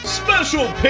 Special